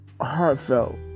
heartfelt